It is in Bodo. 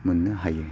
मोननो हायो